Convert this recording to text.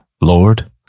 Lord